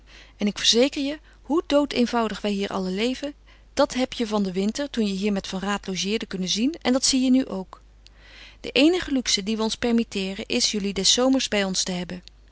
en ik verzeker je hoe doodeenvoudig wij hier allen leven dat heb je van den winter toen je hier met van raat logeerde kunnen zien en dat zie je nu ook de eenige luxe die we ons permitteeren is jullie des zomers bij ons te hebben